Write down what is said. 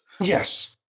Yes